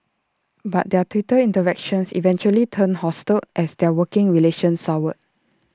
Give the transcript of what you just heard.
but their Twitter interactions eventually turned hostile as their working relationship soured